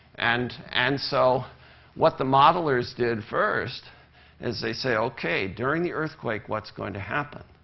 and and so what the modelers did first is they say, okay, during the earthquake, what's going to happen?